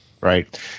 Right